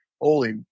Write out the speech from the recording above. holy